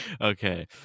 Okay